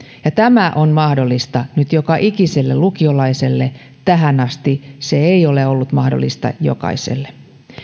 ja tämä on mahdollista nyt joka ikiselle lukiolaiselle tähän asti se ei ole ollut mahdollista jokaiselle